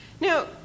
Now